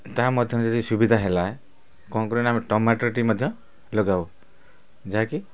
ତା' ମଧ୍ୟରେ ଯଦି ସୁବିଧା ହେଲା କ'ଣ କରୁ ନା ଆମେ ଟମାଟର୍ଟି ମଧ୍ୟ ଲଗାଉ ଯାହାକି